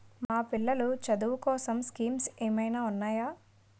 మా పిల్లలు చదువు కోసం స్కీమ్స్ ఏమైనా ఉన్నాయా?